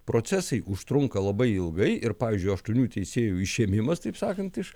procesai užtrunka labai ilgai ir pavyzdžiui aštuonių teisėjų išėmimas taip sakant iš